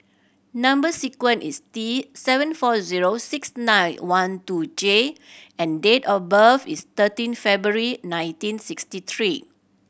number sequence is T seven four zero six nine one two J and date of birth is thirteen February nineteen sixty three